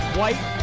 white